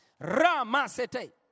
Ramasete